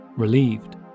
Relieved